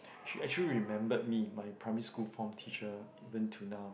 she actually remembered me my primary school form teacher even to now